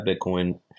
Bitcoin